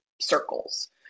circles